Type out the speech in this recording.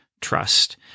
trust